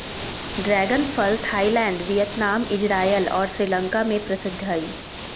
dragon फल Thailand Vietnam, Israel और श्रीलंका में प्रसिद्ध हइ